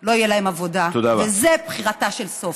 לא תהיה להם עבודה, וזו בחירתה של סופי.